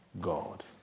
God